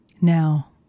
Now